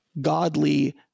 godly